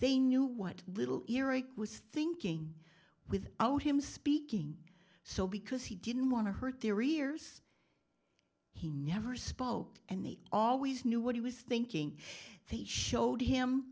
they knew what little earache was thinking without him speaking so because he didn't want to hurt their ears he never spoke and they always knew what he was thinking that showed him